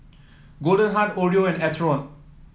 Goldheart Oreo